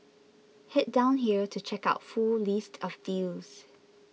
head down here to check out full list of deals